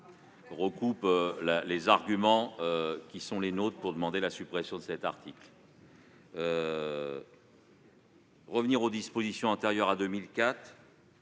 recoupe les arguments qui sont les nôtres pour demander la suppression de cet article. Si l'on revient aux dispositions antérieures à 2004,